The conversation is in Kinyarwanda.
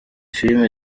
filimi